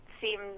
seem